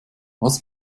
was